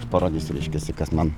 parodysiu reiškiasi kas man